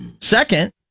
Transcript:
Second